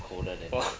!wah!